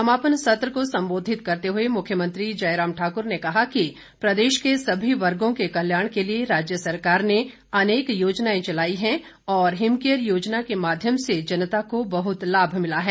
समापन सत्र को संबोधित करते हए मुख्यमंत्री जयराम ठाक्र ने कहा कि प्रदेश के सभी वर्गों के कल्याण के लिए राज्य सरकार ने अनेक योजनाएं चलाई हैं और हिमकेयर योजना के माध्यम से जनता को बहत लाभ मिला है